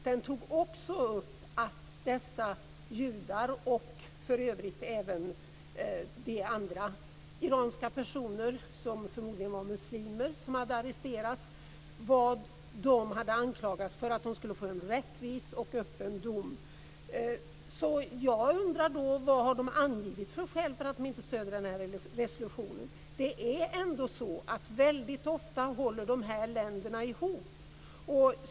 Den tog också upp vad dessa judar, och för övrigt även de andra iranska personer som förmodligen var muslimer och som hade arresterats, hade anklagats för och att de skulle få en öppen och rättvis dom. Jag undrar vad de har angivit för skäl för att inte stödja resolutionen. Det är ändå så att de här länderna väldigt ofta håller ihop.